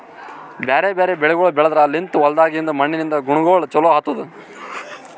ಬ್ಯಾರೆ ಬ್ಯಾರೆ ಬೆಳಿಗೊಳ್ ಬೆಳೆದ್ರ ಲಿಂತ್ ಹೊಲ್ದಾಗಿಂದ್ ಮಣ್ಣಿನಿಂದ ಗುಣಗೊಳ್ ಚೊಲೋ ಆತ್ತುದ್